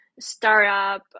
startup